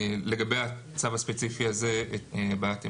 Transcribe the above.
לגבי הצו הספציפי הזה הבעת עמדה.